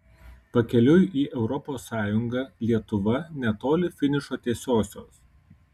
pakeliui į europos sąjungą lietuva netoli finišo tiesiosios